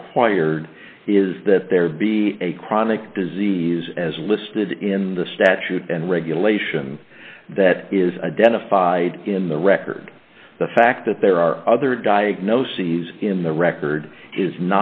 required is that there would be a chronic disease as listed in the statute and regulation that is identified in the record the fact that there are other diagnoses in the record is